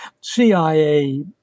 CIA